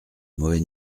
mauvais